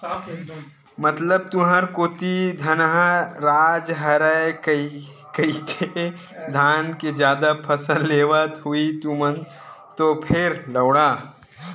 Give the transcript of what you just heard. मतलब तुंहर कोती धनहा राज हरय कहिदे धाने के जादा फसल लेवत होहू तुमन तो फेर?